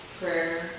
prayer